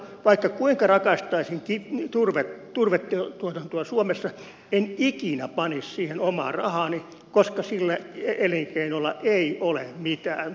vaikka kuinka rakastaisin turvetuotantoa suomessa en ikinä panisi siihen omaa rahaani koska sillä elinkeinolla ei ole mitään tulevaisuutta